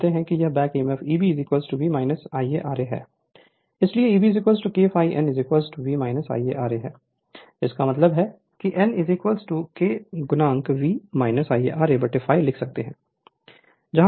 Refer Slide Time 2015 इसलिए Eb K ∅ n V Ia ra इसका मतलब है कि n K V Ia ra ∅ लिख सकते हैं जहां K 1 K है